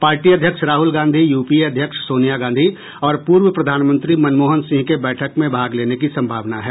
party अध्यक्ष Rahul Gandhi U P A अध्यक्ष सोनिया गांधी और पूर्व प्रधानमंत्री मनमोहन सिंह के बैठक में भाग लेने की संभावना है